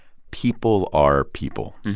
people are people.